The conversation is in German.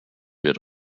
wird